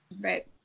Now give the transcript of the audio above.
Right